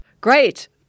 Great